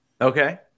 Okay